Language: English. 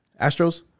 Astros